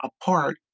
apart